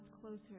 closer